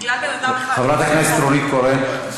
חברת הכנסת נורית קורן,